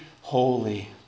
holy